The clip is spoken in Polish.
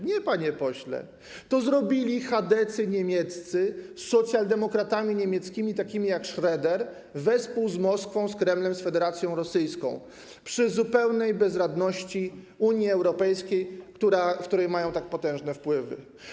Nie, panie pośle, to zrobili chadecy niemieccy z socjaldemokratami niemieckimi, takimi jak Schröder, wespół z Moskwą, z Kremlem, z Federacją Rosyjską, przy zupełnej bezradności Unii Europejskiej, w której mają tak potężne wpływy.